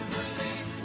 believe